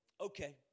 okay